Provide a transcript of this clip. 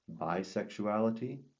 bisexuality